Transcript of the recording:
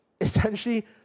essentially